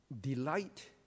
delight